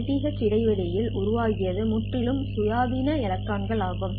kth இடைவெளியில் உருவாக்கியது முற்றிலும் சுயாதீன எலக்ட்ரான்கள் ஆகும்